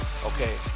Okay